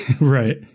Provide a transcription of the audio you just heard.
Right